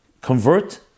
convert